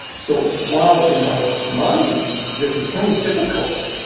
so while in my mind, this is very difficult,